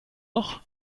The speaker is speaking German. noch